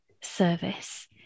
service